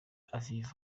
aviv